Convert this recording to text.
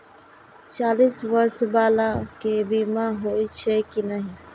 चालीस बर्ष बाला के बीमा होई छै कि नहिं?